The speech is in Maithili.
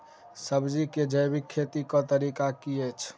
सब्जी केँ जैविक खेती कऽ तरीका की अछि?